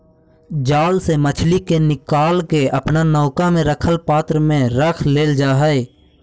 जाल से मछली के निकालके अपना नौका में रखल पात्र में रख लेल जा हई